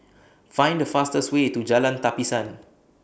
Find The fastest Way to Jalan Tapisan